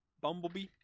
Bumblebee